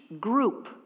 group